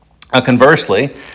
Conversely